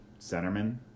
centerman